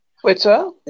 Twitter